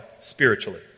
spiritually